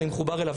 אני מחובר אליו,